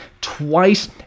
twice